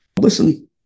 Listen